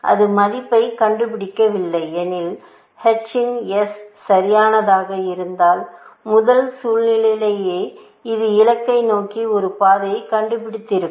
அது மதிப்பைக் கண்டுபிடிக்கவில்லை எனில் h இன் s சரியானதாக இருந்திருந்தால் முதல் சூழ்நிலையிலேயே அது இலக்கை நோக்கி ஒரு பாதையைக் கண்டுபிடித்திருக்கும்